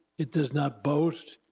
it does not boast,